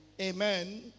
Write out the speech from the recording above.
Amen